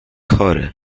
chory